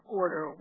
order